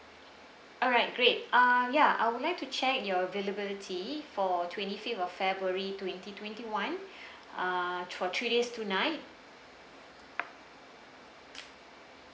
alright great uh ya I would like to check your availability for twenty fifth of february twenty twenty one ah for three days two night